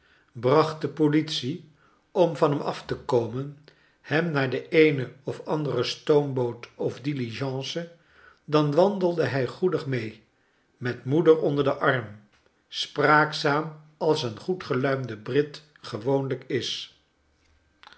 bracht de politic om van hem af te komen hem naar de eene of andere stoomboot of diligence dan wandelde hij goedig mee met moeder onder den arm spraakzaam als een goed geluimde brit gewoonlijk is